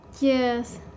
yes